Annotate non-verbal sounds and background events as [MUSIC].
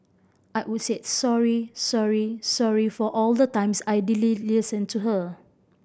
I would say sorry sorry sorry for all the times I did [UNINTELLIGIBLE] listen to her